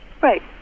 Right